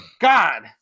God